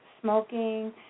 smoking